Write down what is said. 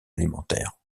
alimentaire